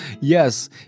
Yes